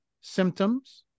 symptoms